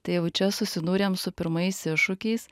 tai jau čia susidūrėm su pirmais iššūkiais